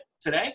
today